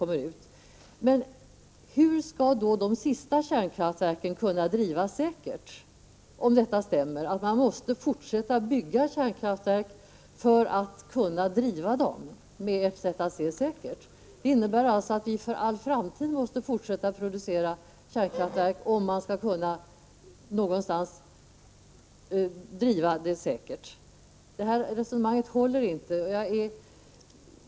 Men om man måste fortsätta att bygga kärnkraftverk för att kunna, som ni anser, driva dem säkert, hur skall då de sista kärnkraftverken kunna drivas säkert? Resonemanget innebär ju att vi för all framtid måste fortsätta att producera kärnkraftverk. Det här resonemanget håller inte.